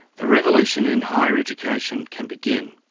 the revolution in higher education can begin.